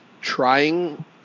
trying